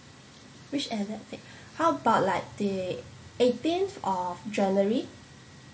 which how about like the eighteenth of january